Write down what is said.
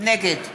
נגד